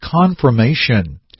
confirmation